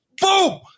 boom